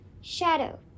Shadow